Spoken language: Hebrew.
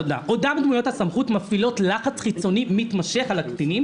אותן דמויות הסמכות מפעילות לחץ חיצוני מתמשך על הקטינים